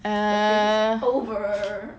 err